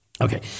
Okay